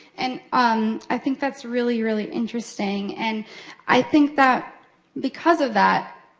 and um i think that's really, really, interesting. and i think that because of that,